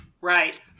Right